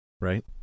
Right